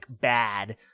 bad